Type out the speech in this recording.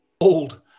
Old